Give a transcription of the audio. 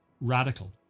radical